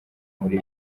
muri